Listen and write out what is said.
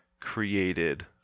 created